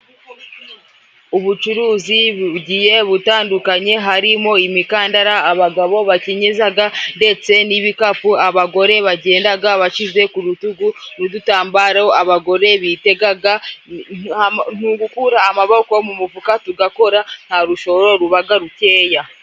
Ubucuruzi bugiye butandukanye harimo: imikandara abagabo bakenyezaga, ndetse n'ibikapu abagore bagendaga bashyize ku rutugu n'udutambaro abagore bitegaga ni ugukura amaboko mu mufuka tugakora nta rushoro rubaga rukeya.